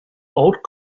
old